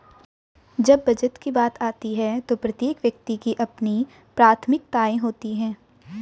जब बचत की बात आती है तो प्रत्येक व्यक्ति की अपनी प्राथमिकताएं होती हैं